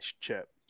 chip